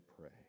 pray